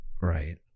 Right